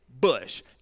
bush